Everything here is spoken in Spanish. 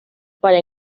para